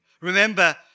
Remember